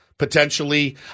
Potentially